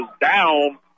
down